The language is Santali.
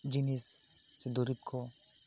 ᱡᱤᱱᱤᱥ ᱥᱮ ᱫᱩᱨᱤᱵᱽ ᱠᱚ